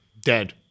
dead